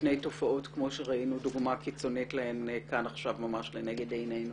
מפני תופעות כמו שראינו דוגמה קיצונית להן כאן עכשיו ממש לנגד עינינו.